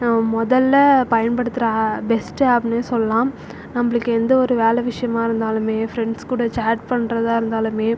மொதலில் பயன்படுத்துகிற பெஸ்ட் ஆப்னே சொல்லலாம் நம்பளுக்கு எந்த ஒரு வேலை விஷயமாக இருந்தாலும் ஃப்ரெண்ட்ஸ் கூட சேட் பண்ணுறதா இருந்தாலும்